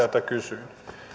jota kysyin